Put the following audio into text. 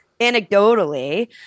anecdotally